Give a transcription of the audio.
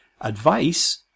advice